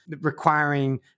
requiring